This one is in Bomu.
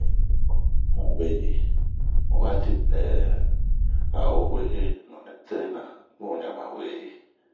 Oo bun weyi wati pɛɛ, aowe nun nɛ tere na ,bun ɲama weyi